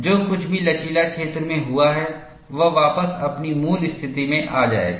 जो कुछ भी लचीला क्षेत्र में हुआ है वह वापस अपनी मूल स्थिति में आ जाएगा